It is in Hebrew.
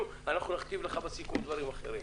ואנחנו נכתיב לך בסיכום דברים אחרים.